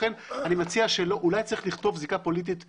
לכן אולי צריך לכתוב זיקה פוליטית למי,